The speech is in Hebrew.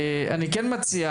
אני כן מציע,